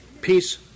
Peace